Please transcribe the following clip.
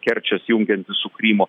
kerčės jungiantį su krymu